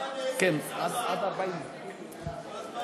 לסעיף 10 לא